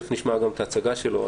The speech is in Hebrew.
כי תיכף נשמע את ההצגה שלו.